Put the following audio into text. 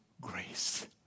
grace